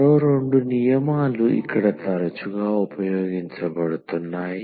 మరో రెండు నియమాలు ఇక్కడ తరచుగా ఉపయోగించబడుతున్నాయి